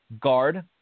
Guard